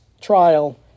trial